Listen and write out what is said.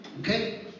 Okay